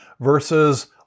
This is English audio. versus